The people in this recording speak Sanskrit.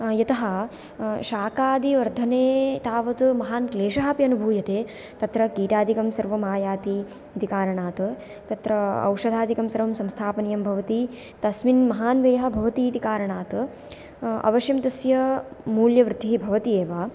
यतः शाकादि वर्धने तावत् महान् क्लेशः अपि अनुभूयते तत्र कीटादिकं सर्वं आयाति इति कारणात् तत्र औषधादिकं सर्वं संस्थापनीयम् भवति तस्मिन् महान् व्ययः भवति इति कारणात् अवश्यं तस्य मूल्यवृद्धिः भवति एव